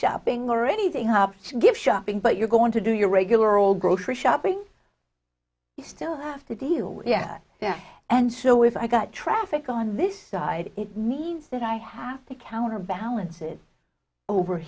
shopping or anything i have to give shopping but you're going to do your regular old grocery shopping you still have to deal with yeah yeah and so if i got traffic on this side it means that i have to counterbalance it over